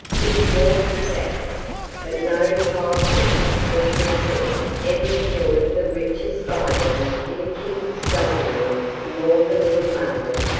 to be more exact but no child prince or princess ever enjoyed the richest viands in a king's dining room more than little margaret,